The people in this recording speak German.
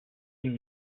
ihm